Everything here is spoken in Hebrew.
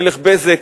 מלך בזק,